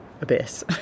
abyss